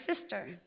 sister